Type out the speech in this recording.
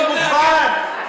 אני מוכן.